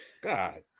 God